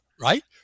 right